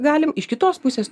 galim iš kitos pusės